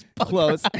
Close